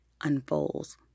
unfolds